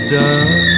done